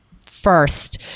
first